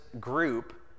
group